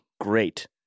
great